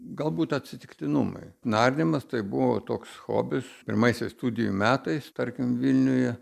galbūt atsitiktinumai nardymas tai buvo toks hobis pirmaisiais studijų metais tarkim vilniuje